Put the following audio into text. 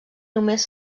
només